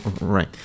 right